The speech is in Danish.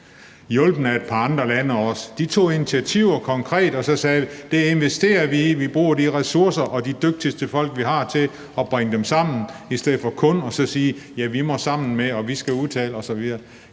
hjulpet af et par andre lande også. De tog initiativer konkret, og så sagde de: Det investerer vi i; vi bruger de ressourcer og de dygtigste folk, vi har, til at bringe dem sammen. I stedet for kun at sige: Vi må sammen med, og vi skal udtale osv.